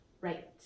Right